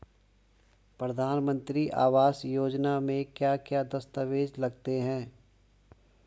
प्रधानमंत्री आवास योजना में क्या क्या दस्तावेज लगते हैं?